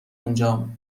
اونجام